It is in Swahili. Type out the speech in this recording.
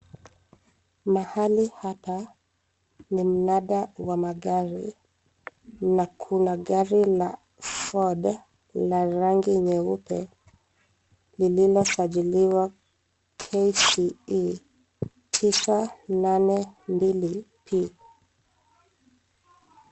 Mahali hapa ni mnada wa magari na kuna gari la Ford la rangi nyeupe lililosajiliwa KCE 982P.